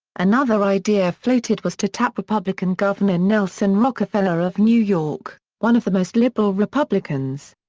another idea floated was to tap republican governor nelson rockefeller of new york, one of the most liberal republicans.